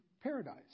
paradise